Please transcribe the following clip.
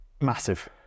Massive